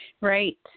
Right